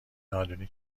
نادونی